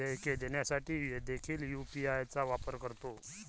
देयके देण्यासाठी देखील यू.पी.आय चा वापर करतो